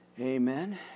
Amen